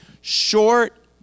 Short